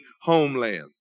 homeland